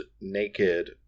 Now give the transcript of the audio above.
naked